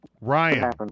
ryan